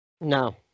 No